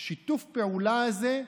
היא שותפה לממשלה הזאת.